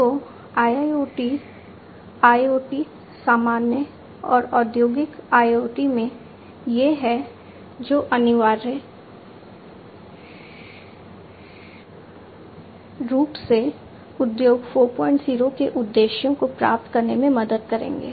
तो IIoT IoT सामान्य और औद्योगिक IoT में ये हैं जो अनिवार्य रूप से उद्योग 40 के उद्देश्यों को प्राप्त करने में मदद करेंगे